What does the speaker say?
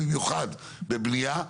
במיוחד בבנייה.